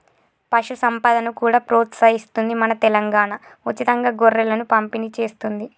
పశు సంపదను కూడా ప్రోత్సహిస్తుంది మన తెలంగాణా, ఉచితంగా గొర్రెలను పంపిణి చేస్తుంది